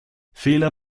fehler